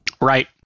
Right